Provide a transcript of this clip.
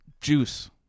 Juice